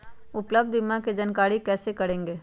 उपलब्ध बीमा के जानकारी कैसे करेगे?